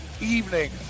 Evening